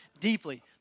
deeply